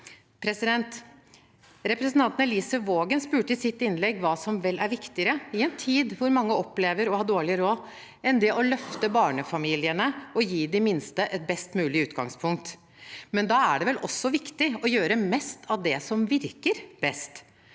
ned. Representanten Elise Waagen spurte i sitt innlegg hva som vel er viktigere – i en tid hvor mange opplever å ha dårlig råd – enn det å løfte barnefamiliene og gi de minste et best mulig utgangspunkt. Men da er det vel også viktig å gjøre mest av det som virker best.